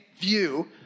view